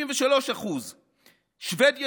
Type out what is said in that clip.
73%; שבדיה,